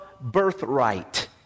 birthright